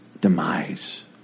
demise